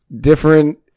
different